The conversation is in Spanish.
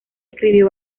escribió